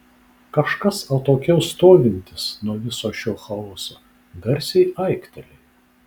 kažkas atokiau stovintis nuo viso šio chaoso garsiai aiktelėjo